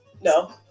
no